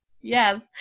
Yes